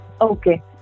Okay